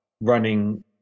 running